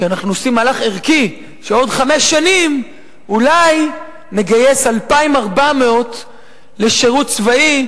כי אנחנו עושים מהלך ערכי שעוד חמש שנים אולי נגייס 2,400 לשירות צבאי,